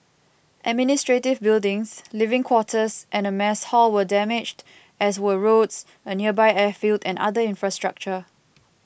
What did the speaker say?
administrative buildings living quarters and mess hall were damaged as were roads a nearby airfield and other infrastructure